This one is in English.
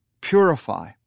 purify